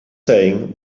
saying